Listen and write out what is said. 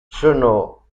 sono